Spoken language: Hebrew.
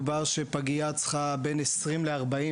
ופגייה צריכה בין 20 ל-40,